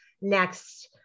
next